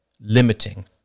limiting